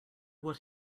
what